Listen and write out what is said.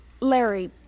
Larry